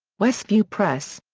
westview press.